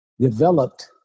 developed